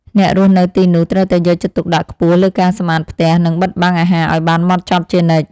អ្នករស់នៅទីនោះត្រូវតែយកចិត្តទុកដាក់ខ្ពស់លើការសម្អាតផ្ទះនិងបិទបាំងអាហារឱ្យបានហ្មត់ចត់ជានិច្ច។